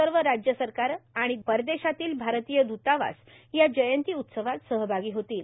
सर्व राज्य सरकार आणि परदेशातील भारतीय दूतावास या जयंती उत्सवात सहभागी होतील